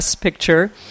picture